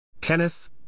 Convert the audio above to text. Kenneth